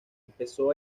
empezó